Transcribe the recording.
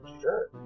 Sure